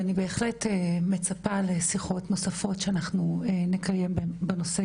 אני בהחלט מצפה לשיחות נוספות שאנחנו נקיים בנושא,